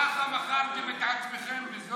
2 מיליון, ככה מכרתם את עצמכם בזול?